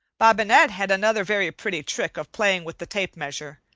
bobinette had another very pretty trick of playing with the tape-measure.